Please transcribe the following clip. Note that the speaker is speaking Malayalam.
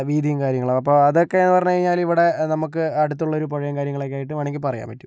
വീതിയും കാര്യങ്ങളും അപ്പോൾ അതൊക്കെയെന്ന് പറഞ്ഞുകഴിഞ്ഞാല് ഇവിടെ നമുക്ക് അടുത്തുള്ള ഒരു പുഴയും കാര്യങ്ങളൊക്കെയായിട്ട് വേണമെങ്കിൽ പറയാൻ പറ്റും